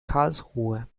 karlsruhe